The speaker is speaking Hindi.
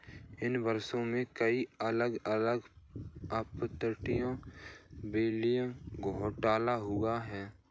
इन वर्षों में, कई अलग अलग अपतटीय बैंकिंग घोटाले हुए हैं